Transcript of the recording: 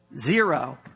zero